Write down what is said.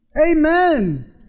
Amen